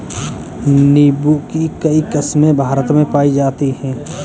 नीम्बू की कई किस्मे भारत में पाई जाती है